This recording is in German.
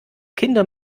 kinder